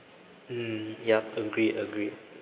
mm yup agreed agreed